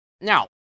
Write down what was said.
Now